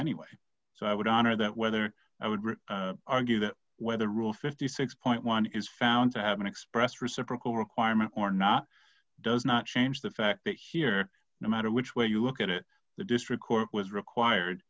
anyway so i would honor that whether i would argue that whether a rule fifty six dollars is found to have been expressed reciprocal requirement or not does not change the fact that here no matter which way you look at it the district court was required